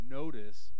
notice